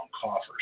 coffers